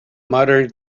modern